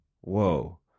Whoa